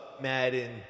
Madden